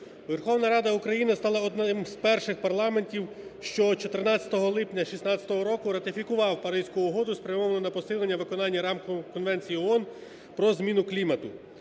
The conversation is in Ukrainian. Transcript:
Верховна Рада України стала одним з перших парламентів, що 14 липня 2016 року ратифікував Паризьку угоду, спрямовану на посилення виконання Рамкової конвенції ООН про зміну клімату.